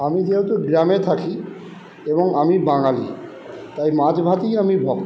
আমি যেহেতু গ্রামে থাকি এবং আমি বাঙালি তাই মাছ ভাতেই আমি ভক্ত